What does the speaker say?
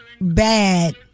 bad